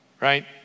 right